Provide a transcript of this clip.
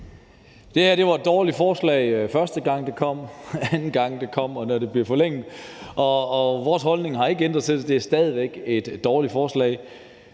Det her var et dårligt forslag, første gang det kom, anden gang det kom, og da det blev forlænget, og vores holdning til det har ikke ændret sig: Det er stadig væk et dårligt forslag.